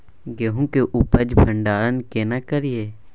गेहूं के उपज के भंडारन केना करियै?